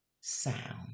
sound